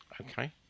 Okay